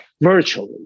Virtually